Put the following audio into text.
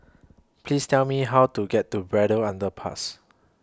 Please Tell Me How to get to Braddell Underpass